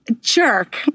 Jerk